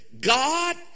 God